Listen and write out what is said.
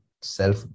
self